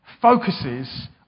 focuses